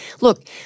Look